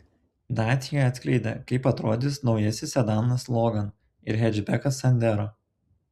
dacia atskleidė kaip atrodys naujasis sedanas logan ir hečbekas sandero